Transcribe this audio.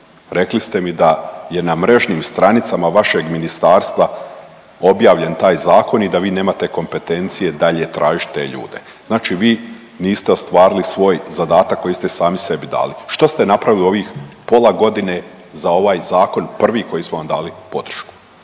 rekli ste mi da je na mrežnim stranicama vašeg ministarstva objavljen taj zakon i da vi nemate kompetencije dalje tražit te ljude, znači vi niste ostvarili svoj zadatak koji ste sami sebi dali. Što ste napravili u ovih pola godine za ovaj zakon prvi koji smo vam dali podršku?